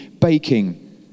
baking